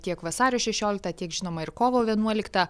tiek vasario šešioliktą tiek žinoma ir kovo vienuoliktą